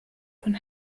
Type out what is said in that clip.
von